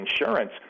insurance